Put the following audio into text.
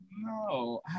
No